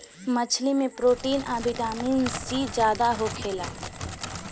मछली में प्रोटीन आ विटामिन सी ज्यादे होखेला